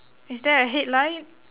is there a headlight